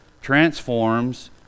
transforms